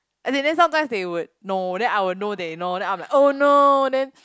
as in then sometimes they would know then I would know they know then I'm like oh no then